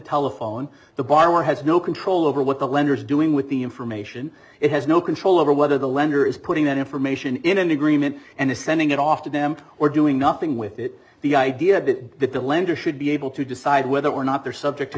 telephone the borrower has no control over what the lender is doing with the information it has no control over whether the lender is putting that information in an agreement and is sending it off to them or doing nothing with it the idea that that the lender should be able to decide whether or not they're subject to